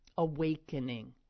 awakening